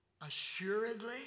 assuredly